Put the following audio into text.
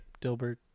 Dilbert